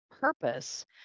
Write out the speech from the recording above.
purpose